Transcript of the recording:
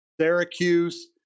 Syracuse